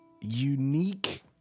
unique